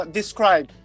describe